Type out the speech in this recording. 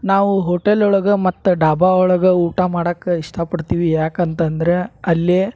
ನಾವು ಹೋಟೆಲ್ ಒಳಗೆ ಮತ್ತೆ ಡಾಬಾ ಒಳಗೆ ಊಟ ಮಾಡಕ್ಕೆ ಇಷ್ಟಪಡ್ತೀವಿ ಯಾಕಂತಂದ್ರ ಅಲ್ಲಿ